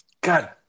God